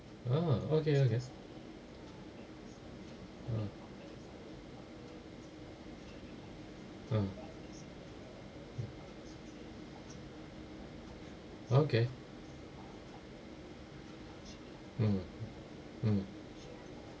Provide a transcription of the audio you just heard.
ah okay okay ah ah okay mm mm